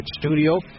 studio